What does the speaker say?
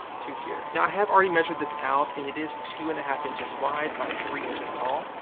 to here. now i have already measured this out and it is two and a half inches wide by three inches tall.